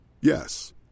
Yes